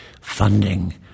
funding